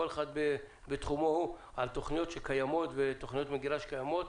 כל אחד בתחומו הוא על תוכניות שקיימות ותוכניות מגירה שקיימות,